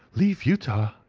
leave utah!